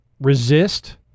Resist